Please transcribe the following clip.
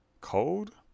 cold